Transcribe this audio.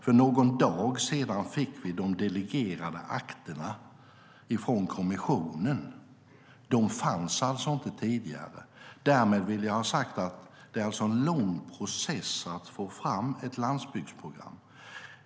För någon dag sedan fick vi de delegerade akterna från kommissionen. De fanns alltså inte tidigare. Därmed vill jag ha sagt att det är en lång process att få fram ett landsbygdsprogram.